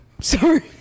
Sorry